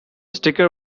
sticker